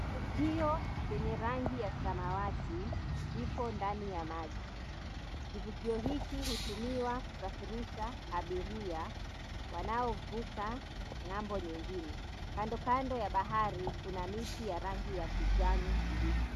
Kivukio chenye rangi ya samawatik ipo ndani ya maji. Kivukio hiki hutumiwa kusafirisha abiria wanaovuka ng'ambo nyingine. Kando kando ya bahari kuna miti ya rangi ya kijani kibichi.